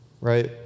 right